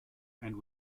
and